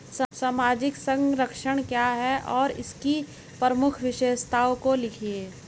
सामाजिक संरक्षण क्या है और इसकी प्रमुख विशेषताओं को लिखिए?